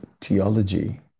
theology